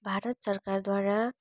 भारत सरकारद्वारा